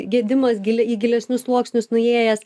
gedimas giliai į gilesnius sluoksnius nuėjęs